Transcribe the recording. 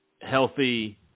healthy